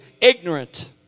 ignorant